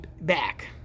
back